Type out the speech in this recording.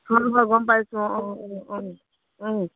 খাৰু হয় গম পাইছোঁ অঁ অঁ অঁ